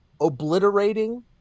Obliterating